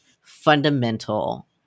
fundamental